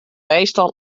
meestal